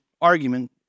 argument